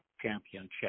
Championship